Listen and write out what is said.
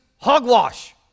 hogwash